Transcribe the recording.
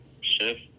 shift